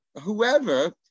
whoever